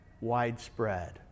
widespread